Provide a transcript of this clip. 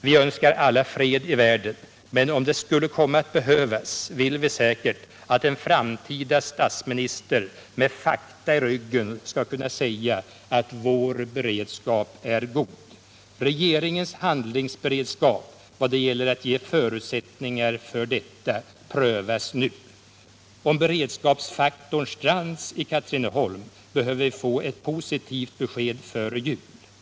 Vi önskar alla fred i världen, men om det skulle komma att behövas vill vi säkert att en framtida statsminister med fakta i ryggen skall kunna säga att ”vår beredskap är god”. Regeringens handlingsberedskap vad det gäller att ge förutsättningar för detta prövas nu. Om beredskapsfaktorn Strands i Katrineholm behöver vi få ett positivt besked före jul. Herr talman!